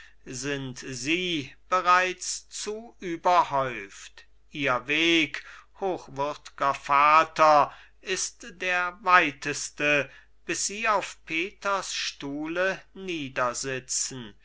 sind sie bereits zu überhäuft ihr weg hochwürdger vater ist der weiteste bis sie auf peters stuhle